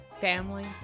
family